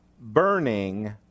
burning